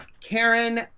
Karen